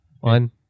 one